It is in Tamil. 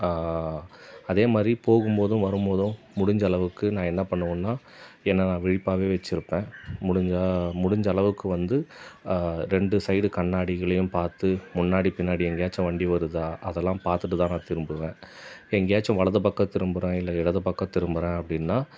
அதே மாதிரி போகும் போதும் வரும் போதும் முடிஞ்சளவுக்கு நான் என்ன பண்ணுவேனா என்ன நான் விழிப்பாகவே வெச்சுருப்பேன் முடிஞ்சா முடிஞ்சளவுக்கு வந்து ரெண்டு சைடு கண்ணாடிகளையும் பார்த்து முன்னாடி பின்னாடி எங்கேயாச்சும் வண்டி வருதா அதெல்லாம் பார்த்துட்டு தான் நான் திரும்புவேன் எங்கேயாச்சும் வலது பக்கம் திரும்புகிறேன் இல்லை இடது பக்கம் திரும்புகிறேன் அப்படின்னால்